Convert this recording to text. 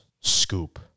Scoop